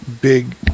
big